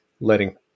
letting